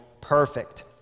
perfect